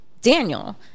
Daniel